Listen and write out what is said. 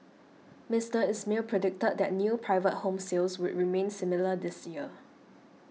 Mister Ismail predicted that new private home sales would remain similar this year